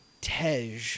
Tej